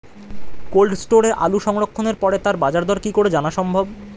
Cold স্টোরে আলু সংরক্ষণের পরে তার বাজারদর কি করে জানা সম্ভব?